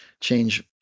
change